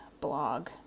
blog